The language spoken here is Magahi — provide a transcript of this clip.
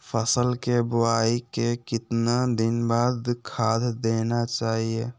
फसल के बोआई के कितना दिन बाद खाद देना चाइए?